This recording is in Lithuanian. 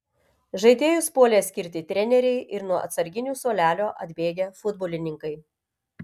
žaidėjus puolė skirti treneriai ir nuo atsarginių suolelio atbėgę futbolininkai